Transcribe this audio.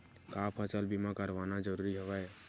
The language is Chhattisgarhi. का फसल बीमा करवाना ज़रूरी हवय?